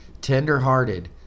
tender-hearted